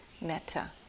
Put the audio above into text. metta